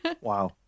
Wow